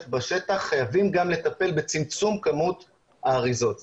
בשטח חייבים גם לטפל בצמצום כמות האריזות.